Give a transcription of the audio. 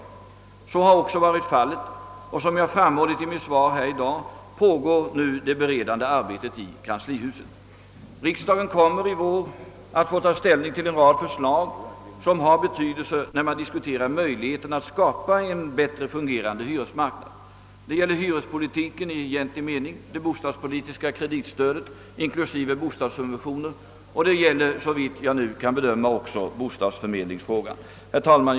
Denna förhoppning har också infriats, och såsom jag framhållit i mitt svar i dag pågår nu det förberedande arbetet i kanslihuset. Riksdagen kommer i vår att få ta ställning till en rad förslag, vilka har betydelse när man diskuterar möjligheterna att skapa en bättre fungerande hyresmarknad. Det gäller hyrespolitiken i egentlig mening, det bostadspolitiska kreditstödet inklusive bostadssubventioner, och det gäller såvitt jag kan bedöma också bostadsförmedlingsfrågan. Herr talman!